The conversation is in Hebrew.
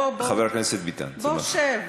חבר הכנסת ביטן, זה, ביטן, בוא שב.